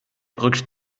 rückt